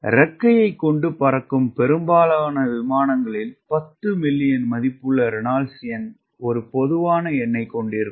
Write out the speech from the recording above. இறக்கை கொண்டு பறக்கும் பெரும்பாலான விமானங்களில் 10 மில்லியன் மதிப்புள்ள ரெனால்ட்ஸ் எண் ஒரு பொதுவான எண்ணைக் கொண்டிருக்கும்